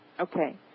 Okay